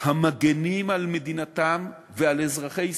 המגינים על מדינתם ועל אזרחי ישראל,